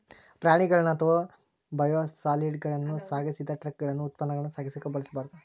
ಪ್ರಾಣಿಗಳನ್ನ ಅಥವಾ ಬಯೋಸಾಲಿಡ್ಗಳನ್ನ ಸಾಗಿಸಿದ ಟ್ರಕಗಳನ್ನ ಉತ್ಪನ್ನಗಳನ್ನ ಸಾಗಿಸಕ ಬಳಸಬಾರ್ದು